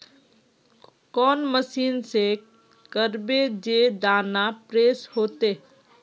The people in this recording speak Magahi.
कौन मशीन से करबे जे दाना फ्रेस होते?